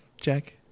Jack